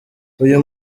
uyu